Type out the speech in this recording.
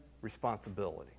responsibility